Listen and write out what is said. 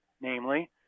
namely